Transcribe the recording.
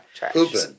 Pooping